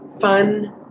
fun